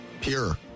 Pure